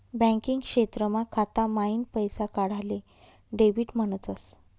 banking क्षेत्रमा खाता माईन पैसा काढाले डेबिट म्हणतस